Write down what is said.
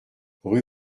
rue